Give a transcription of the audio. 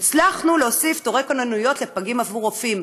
הצלחנו להוסיף תורי כוננויות לפגים עבור רופאים,